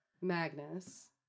Magnus